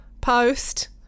post